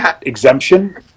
Exemption